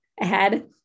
ahead